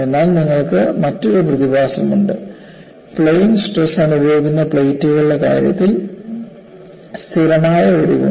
എന്നാൽ നിങ്ങൾക്ക് മറ്റൊരു പ്രതിഭാസമുണ്ട് പ്ലെയിൻ സ്ട്രെസ് അനുഭവിക്കുന്ന പ്ലേറ്റുകളുടെ കാര്യത്തിൽ സ്ഥിരമായ ഒടിവുണ്ട്